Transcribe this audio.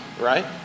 right